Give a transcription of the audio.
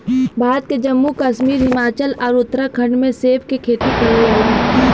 भारत के जम्मू कश्मीर, हिमाचल आउर उत्तराखंड में सेब के खेती करल जाला